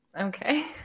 Okay